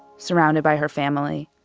surrounded by her family.